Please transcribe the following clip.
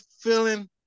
feeling